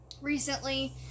recently